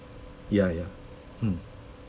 ya ya mm